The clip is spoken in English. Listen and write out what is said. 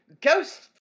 ghost